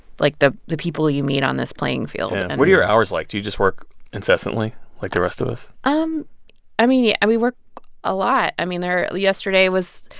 like, the the people you meet on this playing field yeah what are your hours like? do you just work incessantly like the rest of us? um i mean, yeah and we work a lot. i mean, yesterday was,